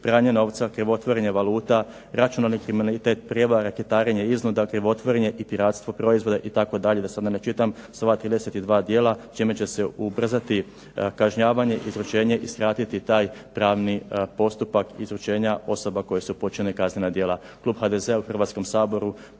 pranje novca, krivotvorenje valuta, računalni kriminalitet, prijevare, reketarenje, iznuda, krivotvorenje i piratstvo proizvoda, itd., da sada ne čitam sva ova 32 djela čime će se ubrzati kažnjavanje, izručenje, i skratiti taj pravni postupak izručenja osoba koje su počinile kaznena djela.